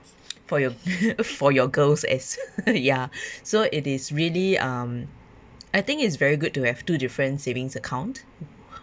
for your for your girls as ya so it is really um I think it's very good to have two different savings account